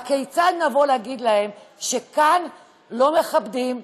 הכיצד נבוא ונגיד להם שכאן לא מכבדים,